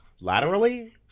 laterally